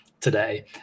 today